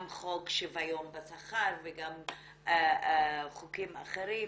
גם חוק שוויון בשכר וגם חוקים אחרים,